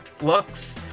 looks